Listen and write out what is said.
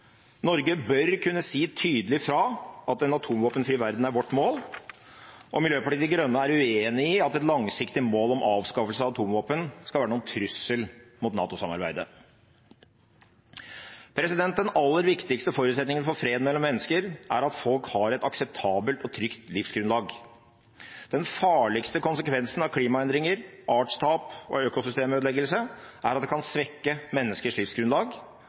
Norge bør kunne si tydelig fra at en atomvåpenfri verden er vårt mål. Miljøpartiet De Grønne er uenig i at et langsiktig mål om avskaffelse av atomvåpen skal være noen trussel mot NATO-samarbeidet. Den aller viktigste forutsetningen for fred mellom mennesker er at folk har et akseptabelt og trygt livsgrunnlag. Den farligste konsekvensen av klimaendringer, artstap og økosystemødeleggelse er at det kan svekke